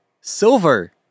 Silver